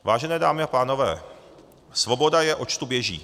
Vážené dámy a pánové, svoboda je, oč tu běží.